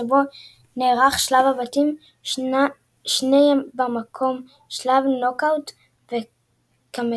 שבו נערך שלב בתים שני במקום שלב נוקאאוט כמקובל.